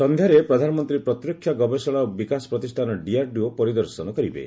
ସନ୍ଧ୍ୟାରେ ପ୍ରଧାନମନ୍ତ୍ରୀ ପ୍ରତିରକ୍ଷା ଗବେଷଣା ଓ ବିକାଶ ପ୍ରତିଷ୍ଠାନ ପରିଦର୍ଶନ କରିବେ